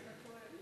אתה טועה.